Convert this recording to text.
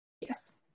Yes